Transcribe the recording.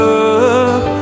up